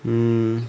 um